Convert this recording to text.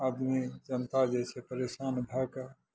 आदमी जनता जे छै परेशान भऽ कऽ